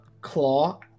claw